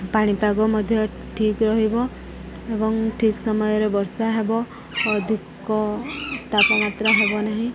ପାଣିପାଗ ମଧ୍ୟ ଠିକ ରହିବ ଏବଂ ଠିକ ସମୟରେ ବର୍ଷା ହେବ ଅଧିକ ତାପମାତ୍ରା ହେବ ନାହିଁ